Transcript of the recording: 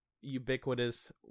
ubiquitous